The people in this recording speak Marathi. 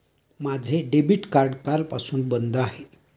माझे डेबिट कार्ड कालपासून बंद आहे